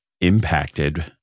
impacted